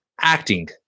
Acting